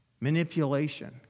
Manipulation